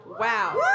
Wow